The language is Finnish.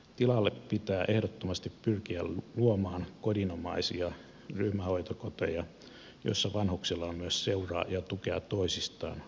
tilalle pitää ehdottomasti pyrkiä luomaan kodinomaisia ryhmähoitokoteja joissa vanhuksilla on myös seuraa ja tukea toisistaan hoitohenkilökunnan lisäksi